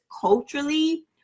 culturally